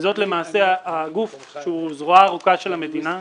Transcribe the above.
-- זה למעשה הגוף שהוא זרועה הארוכה של המדינה.